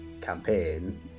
campaign